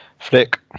flick